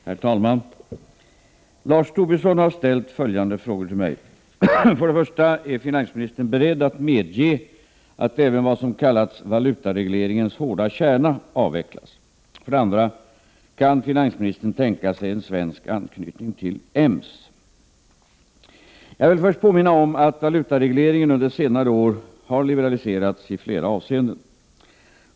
Herr talman! Lars Tobisson har ställt följande frågor till mig: 1. Är finansministern beredd att medge att även vad som kallats valutaregleringens hårda kärna avvecklas? 2. Kan finansministern tänka sig en svensk anknytning till EMS? Jag vill först påminna om att valutaregleringen under senare år liberaliserats i flera avseenden.